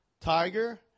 Tiger